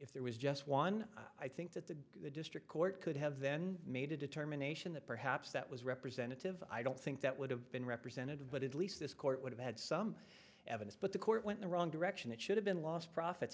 if there was just one i think that the district court could have then made a determination that perhaps that was representative i don't think that would have been representative but at least this court would have had some evidence but the court went the wrong direction it should have been lost profits